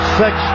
six